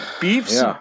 beefs